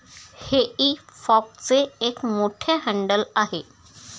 हेई फॉकचे एक मोठे हँडल आहे